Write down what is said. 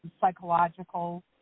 psychological